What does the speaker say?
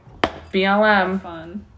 BLM